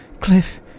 Cliff